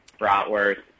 Bratwurst